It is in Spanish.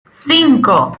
cinco